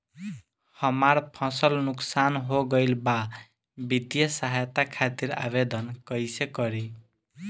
हमार फसल नुकसान हो गईल बा वित्तिय सहायता खातिर आवेदन कइसे करी?